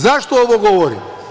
Zašto ovo govorim?